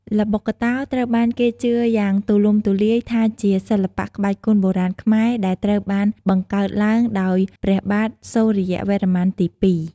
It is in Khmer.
ល្បុក្កតោត្រូវបានគេជឿយ៉ាងទូលំទូលាយថាជាសិល្បៈក្បាច់គុនបុរាណខ្មែរដែលត្រូវបានបង្កើតឡើងដោយព្រះបាទសូរ្យវរ្ម័នទី២។